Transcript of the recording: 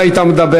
אתה היית מדבר.